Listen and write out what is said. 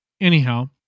Anyhow